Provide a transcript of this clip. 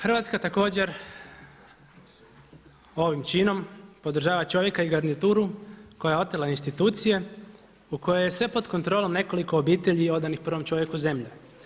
Hrvatska također ovim činom podržava čovjeka i garnituru koja je otela institucije u kojoj je sve pod kontrolom nekoliko obitelji odanih prvom čovjeku zemlje.